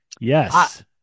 Yes